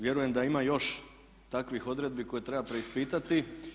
Vjerujem da ima još takvih odredbi koje treba preispitati.